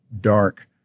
dark